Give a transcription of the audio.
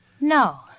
No